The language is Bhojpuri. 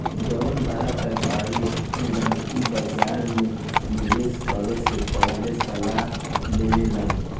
जौन बड़ व्यापारी होखेलन उ बाजार में निवेस करे से पहिले सलाह लेवेलन